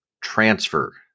transfer